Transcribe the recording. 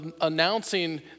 announcing